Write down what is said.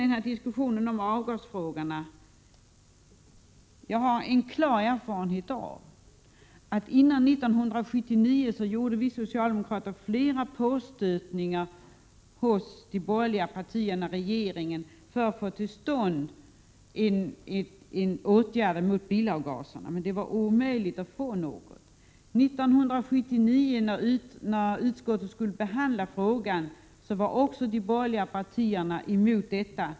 När det gäller avgasfrågorna har jag en klar erfarenhet av att vi socialdemokrater före 1979 gjorde flera påstötningar hos de borgerliga partierna i regeringen för att få till stånd åtgärder mot bilavgaserna. Men det var inte möjligt att få några. 1979, när utskottet skulle behandla frågan, var också de borgerliga partierna emot åtgärder.